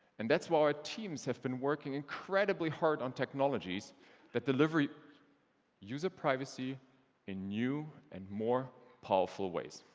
and that's why our teams have been working incredibly hard on technologies that deliver user privacy in new and more powerful ways.